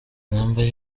intambara